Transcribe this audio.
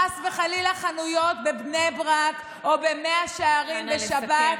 חס וחלילה, חנויות בבני ברק או במאה שערים בשבת?